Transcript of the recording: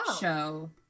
show